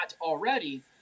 already